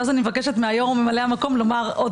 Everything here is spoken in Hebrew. ואז אני מבקשת מהיו"ר ממלא המקום לומר עוד